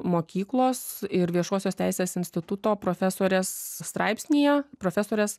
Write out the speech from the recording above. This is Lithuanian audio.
mokyklos ir viešosios teisės instituto profesorės straipsnyje profesorės